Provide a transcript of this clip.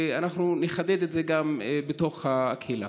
ואנחנו נחדד את זה גם בתוך הקהילה.